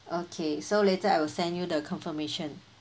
okay so later I will send you the confirmation